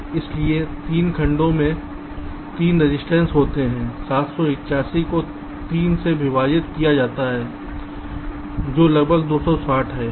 इसलिए 3 खंडों में 3 रजिस्टेंस होते हैं 781 को 3 से विभाजित किया जाता है जो लगभग 260 है